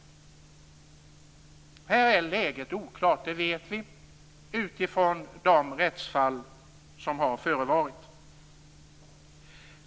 Här är läget oklart, det vet vi utifrån de rättsfall som har förevarit.